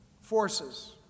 forces